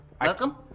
Welcome